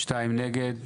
2 נמנעים,